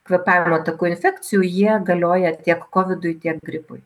kvėpavimo takų infekcijų jie galioja tiek kovidui tiek gripui